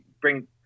bring